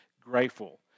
grateful